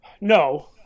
No